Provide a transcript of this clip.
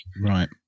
Right